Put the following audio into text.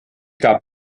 gab